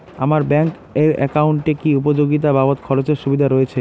আমার ব্যাংক এর একাউন্টে কি উপযোগিতা বাবদ খরচের সুবিধা রয়েছে?